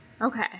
Okay